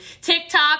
TikTok